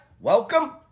welcome